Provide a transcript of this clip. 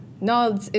No